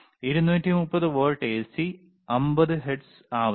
230 volt AC 50 hertz ആവൃത്തി